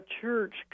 church